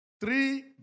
Three